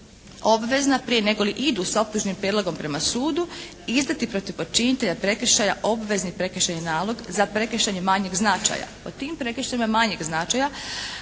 obvezna prije negoli idu sa optužnim prijedlogom prema sudu izdati protiv počinitelja prekršaja obvezni prekršajni nalog za prekršaje manjeg značaja.